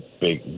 big